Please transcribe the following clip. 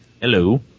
hello